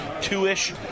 two-ish